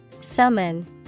summon